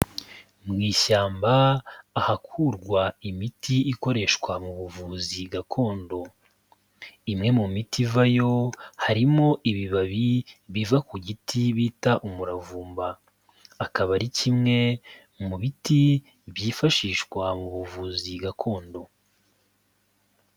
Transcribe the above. Mu ishyamba, ahakurwa imiti ikoreshwa mu buvuzi gakondo. Imwe mu miti ivayo, harimo ibibabi biva ku giti, bita umuravumba. akaba ari kimwe mu biti, byifashishwa mu buvuzi gakondo.